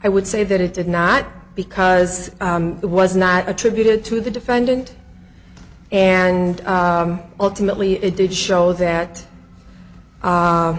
i would say that it did not because it was not attributed to the defendant and ultimately it did show that